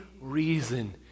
reason